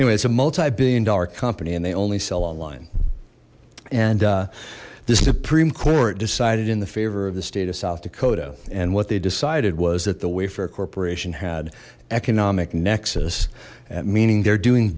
anyway it's a multi billion dollar company and they only sell online and the supreme court decided in the favor of the state of south dakota and what they decided was that the wayfarer corporation had economic nexus and meaning they're doing